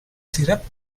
syrup